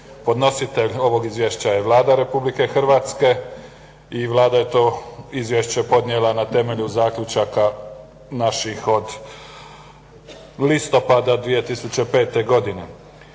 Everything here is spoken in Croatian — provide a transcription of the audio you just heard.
Podnositelj ovog izvješća je Vlada Republike Hrvatske i Vlada je to izvješće podnijela na temelju zaključaka naših od listopada 2005. godine.